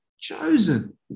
chosen